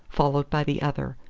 followed by the other.